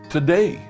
Today